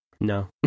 No